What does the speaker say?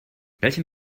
welchen